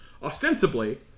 Ostensibly